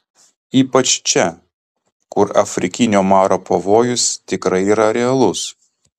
ypač čia kur afrikinio maro pavojus tikrai yra realus